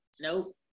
Nope